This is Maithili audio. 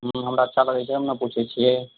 हमरा अच्छा लगैत छै तब ने पूछैत छियै